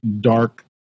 dark